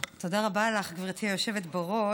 לך, גברתי היושבת בראש.